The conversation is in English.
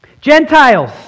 Gentiles